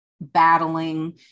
battling